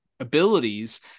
abilities